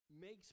makes